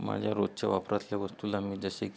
माझ्या रोजच्या वापरातल्या वस्तूला मी जसे की